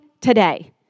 today